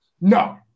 No